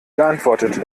geantwortet